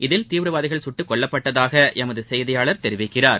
இதில் தீவிரவாதிகள் சுட்டுக்கொல்லபட்டதாகஎமதுசெய்தியாளர் தெரிவிக்கிறார்